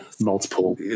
multiple